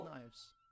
knives